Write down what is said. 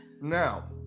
Now